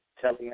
telling